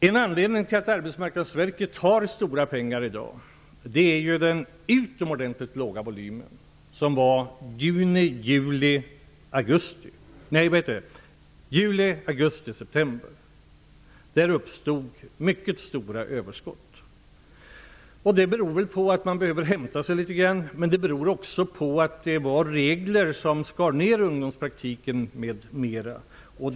En anledning till att Arbetsmarknadsverket har stora pengar i dag är den utomordentligt låga volymen under juli, augusti och september. Då uppstod mycket stora överskott. Det beror väl på att man behövde hämta sig litet grand, men det beror också på att det fanns regler som innebar nedskärningar i ungdomspraktiken m.m.